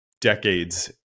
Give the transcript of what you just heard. decades